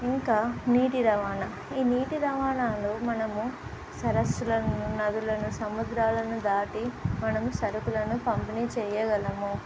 ఇంకా నీటి రవాణా ఈ నీటి రవాణాాలు మనము సరస్సులను నదులను సముద్రాలను దాటి మనం సరుకులను పంపిణీ చేయగలము